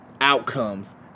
outcomes